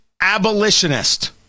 abolitionist